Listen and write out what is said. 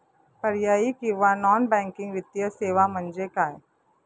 पर्यायी किंवा non banking वित्तीय सेवा म्हणजे काय?